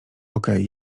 okej